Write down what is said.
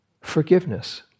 Forgiveness